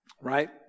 Right